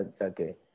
okay